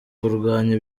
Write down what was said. kurwanya